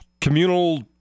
communal